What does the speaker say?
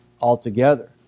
altogether